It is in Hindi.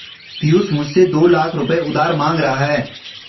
पियूष मुझसे दो लाख रुपए उधार मांग रहा है